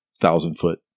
thousand-foot